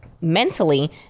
mentally